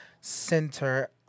Center